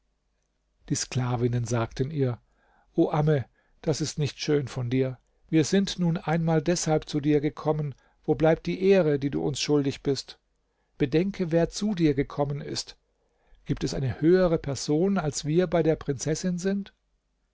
die sklavinnen sagten ihr o amme das ist nicht schön von dir wir sind nun einmal deshalb zu dir gekommen wo bleibt die ehre die du uns schuldig bist bedenke wer zu dir gekommen ist gibt es eine höhere person als wir bei der prinzessin sind